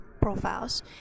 profiles